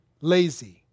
lazy